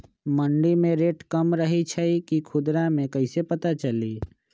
मंडी मे रेट कम रही छई कि खुदरा मे कैसे पता चली?